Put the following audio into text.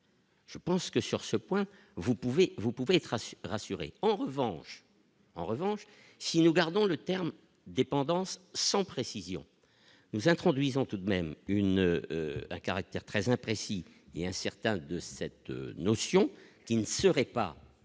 Je pense que sur ce point, vous pouvez vous pouvez tracer rassuré, en revanche, en revanche, si nous gardons le terme dépendance sans précision nous introduisons tout de même une un caractère très imprécis et incertain de cette notion, qui ne serait pas